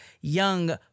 young